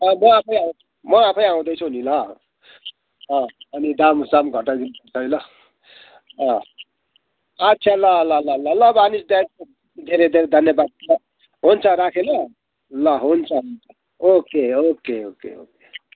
अँ म आफै आऊँ म आफै आउँदैछु नि ल अँ अनि दामसाम घटाइ दिनुपर्छ है ल अँ अच्छा ल ल ल ल ल भानिज धेरै धेरै धन्यवाद छ हुन्छ राखेँ ल ल हुन्छ हुन्छ ओके ओके ओके ओके